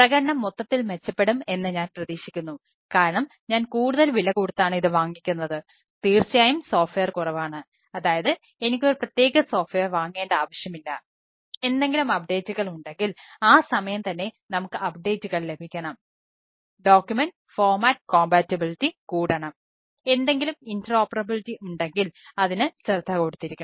പ്രകടനം മൊത്തത്തിൽ മെച്ചപ്പെടും എന്ന് ഞാൻ പ്രതീക്ഷിക്കുന്നു കാരണം ഞാൻ കൂടുതൽ വില കൊടുത്താണ് ഇത് വാങ്ങിക്കുന്നത് തീർച്ചയായും സോഫ്റ്റ്വെയർ ഉണ്ടെങ്കിൽ അതിനു ശ്രദ്ധ കൊടുത്തിരിക്കണം